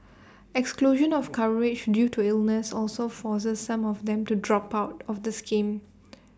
exclusion of coverage due to illnesses also forces some of them to drop out of the scheme